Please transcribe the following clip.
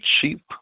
cheap